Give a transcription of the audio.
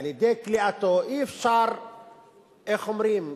על-ידי כליאתו, אי-אפשר להמשיך